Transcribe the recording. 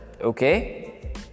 Okay